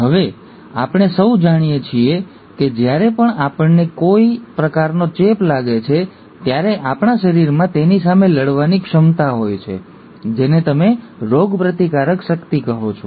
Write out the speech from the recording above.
હવે આપણે સૌ જાણીએ છીએ કે જ્યારે પણ આપણને કોઈ પ્રકારનો ચેપ લાગે છે ત્યારે આપણા શરીરમાં તેની સામે લડવાની ક્ષમતા હોય છે જેને તમે રોગપ્રતિકારક શક્તિ કહો છો